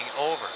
over